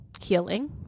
healing